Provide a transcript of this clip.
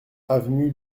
avenue